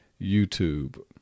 YouTube